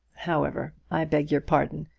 however, i beg your pardon,